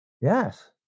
Yes